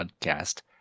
podcast